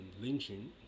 lynching